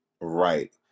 right